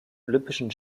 olympischen